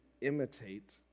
imitate